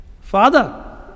Father